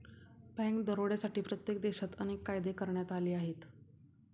bank दरोड्यांसाठी प्रत्येक देशात अनेक कायदे करण्यात आले आहेत